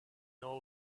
all